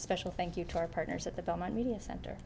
special thank you to our partners at the bellman media center